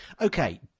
Okay